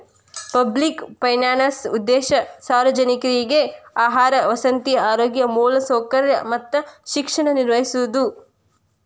public finance ಉದ್ದೇಶ ಸಾರ್ವಜನಿಕ್ರಿಗೆ ಆಹಾರ ವಸತಿ ಆರೋಗ್ಯ ಮೂಲಸೌಕರ್ಯ ಮತ್ತ ಶಿಕ್ಷಣ ನಿರ್ವಹಿಸೋದ